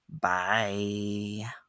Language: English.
Bye